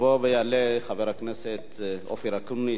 יבוא ויעלה חבר הכנסת אופיר אקוניס,